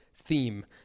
theme